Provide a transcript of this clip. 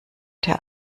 der